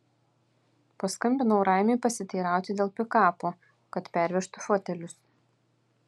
paskambinau raimiui pasiteirauti dėl pikapo kad pervežtų fotelius